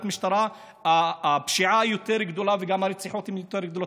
משטרה הפשיעה יותר גדולה וגם הרציחות יותר רבות.